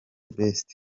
best